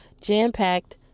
jam-packed